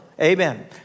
Amen